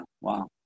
wow